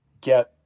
get